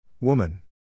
Woman